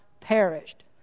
perished